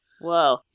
Whoa